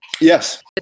Yes